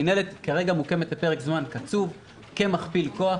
המנהלת מוקמת כרגע לפרק זמן קצוב כמכפיל כוח,